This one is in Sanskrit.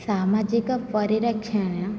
सामाजिकपरिरक्षणे